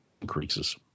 increases